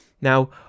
now